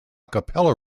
cappella